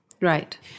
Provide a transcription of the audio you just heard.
right